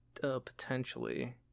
Potentially